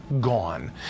gone